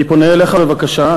אני פונה אליך בבקשה,